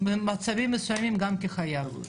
במצבים מסוימים גם כחייב.